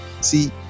see